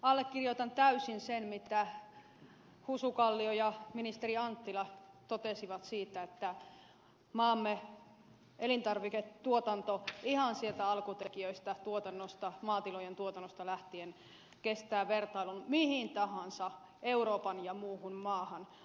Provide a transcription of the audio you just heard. allekirjoitan täysin sen mitä husu kallio ja ministeri anttila totesivat siitä että maamme elintarviketuotanto ihan sieltä alkutekijöistä maatilojen tuotannosta lähtien kestää vertailun mihin tahansa euroopan ja muuhun maahan